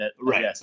right